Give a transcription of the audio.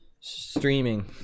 streaming